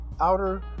outer